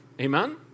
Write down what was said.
amen